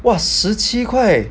!wah! 十七块